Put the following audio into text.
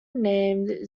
named